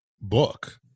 book